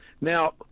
Now